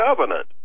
covenant